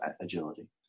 agility